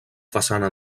façana